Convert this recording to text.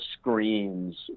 screens